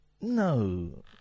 No